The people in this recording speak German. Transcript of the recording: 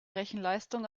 rechenleistung